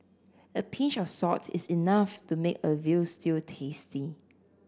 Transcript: a pinch of salt is enough to make a veal stew tasty